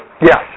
Yes